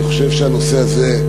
אני חושב שהנושא הזה,